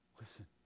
listen